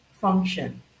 function